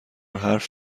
حرف